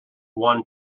one